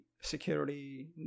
security